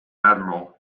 admiral